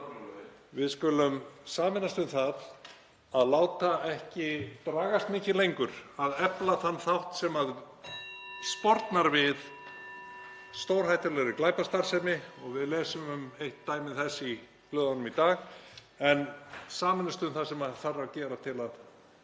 Við skulum sameinast um það að láta ekki dragast mikið lengur að efla þann þátt sem spornar við (Forseti hringir.) stórhættulegri glæpastarfsemi. Við lesum um eitt dæmi þess í blöðunum í dag. Sameinumst um það sem þarf að gera til að